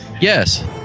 Yes